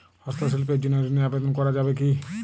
হস্তশিল্পের জন্য ঋনের আবেদন করা যাবে কি?